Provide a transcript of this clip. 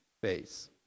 face